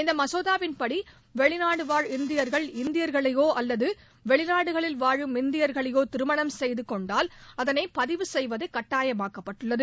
இந்த மசோதாவின்படி வெளிநாடுவாழ் இந்தியர்கள் இந்தியர்களையோ அல்லது வெளிநாடுகளில் வாழும் இந்தியர்களையோ திருமணம் செய்துகொண்டால் அதனை பதிவு செய்வகி கட்டாயமாக்கப்பட்டுள்ளது